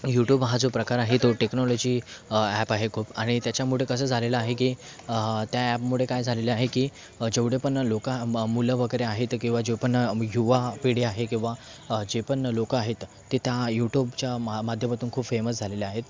YouTube हा जो प्रकार आहे तो टेक्नॉलॉजी अॅप आहे खूप आणि त्याच्यामुळे कसं झालेलं आहे की त्या ॲपमुळे काय झालेले आहे की जेवढे पण लोकं मुलं वगैरे आहेत किंवा जो पण युवा पिढी आहे किंवा जे पण लोकं आहेत ते त्या युटूबच्या मा माध्यमातून खूप फेमस झालेले आहेत